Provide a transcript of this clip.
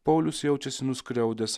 paulius jaučiasi nuskriaudęs